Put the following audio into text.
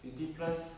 twenty plus